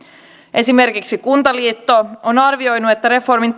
esimerkiksi kuntaliitto on arvioinut että reformin